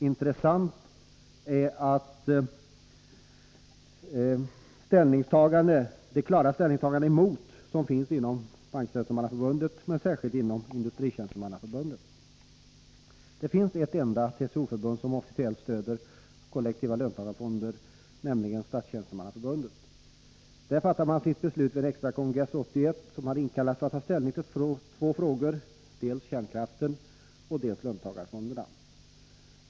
Intressant är det klara ställningstagande emot som finns inom Banktjänstemannaförbundet men särskilt inom Industritjänstemannaförbundet, . Det finns ett enda TCO-förbund som officiellt stöder kollektiva löntagarfonder, nämligen Statstjänstemannaförbundet. Där fattade man sitt beslut vid en extra kongress 1981, som hade inkallats för att ta ställning till två frågor, dels kärnkraften, dels löntagarfonderna.